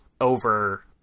over